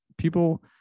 People